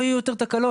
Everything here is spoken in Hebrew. לא יהיו יותר תקלות,